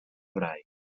brai